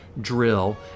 drill